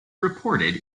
reported